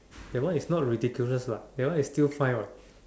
that one is not ridiculous lah that one is still fine what